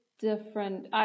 different